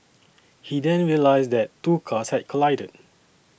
he then realised that two cars had collided